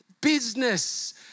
business